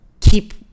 keep